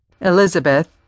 Elizabeth